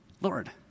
Lord